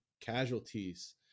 casualties